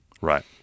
right